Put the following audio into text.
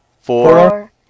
four